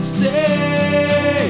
say